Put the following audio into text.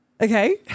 Okay